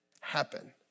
happen